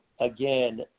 again